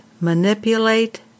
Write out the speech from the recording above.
manipulate